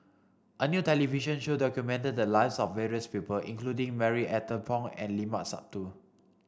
a new television show documented the lives of various people including Marie Ethel Bong and Limat Sabtu